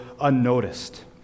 unnoticed